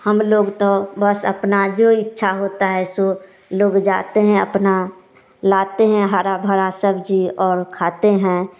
हम लोग तो बस अपना जो इच्छा होता है सो लोग जाते हैं अपना लाते हैं हरा भरा सब्जी और खाते हैं